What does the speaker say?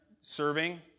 serving